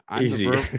Easy